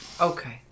Okay